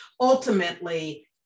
ultimately